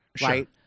right